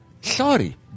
sorry